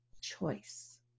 choice